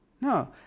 No